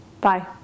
Bye